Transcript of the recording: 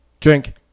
drink